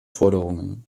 forderungen